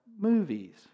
Movies